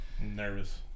nervous